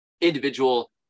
individual